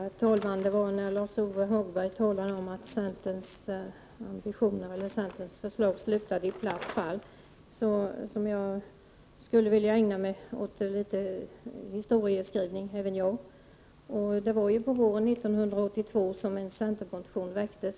Herr talman! Det var när Lars-Ove Hagberg talade om att centerns förslag slutade i platt fall som jag begärde ordet: Även jag skulle då vilja ägna mig litet åt historiebeskrivning. På våren 1982 väcktes en centermotion